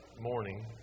morning